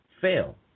fail